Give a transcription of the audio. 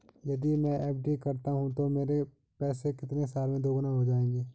यदि मैं एफ.डी करता हूँ तो मेरे पैसे कितने साल में दोगुना हो जाएँगे?